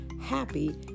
happy